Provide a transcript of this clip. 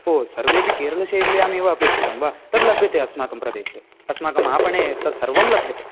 ओ सर्वेपि केरळशैल्यामेव अपेक्षितं वा तद् लभ्यते अस्माकं प्रदेशे अस्माकं आपणे तत् सर्वं लभ्यते